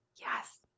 Yes